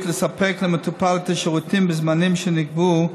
לספק למטופל את השירותים בזמנים שנקבעו,